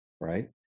Right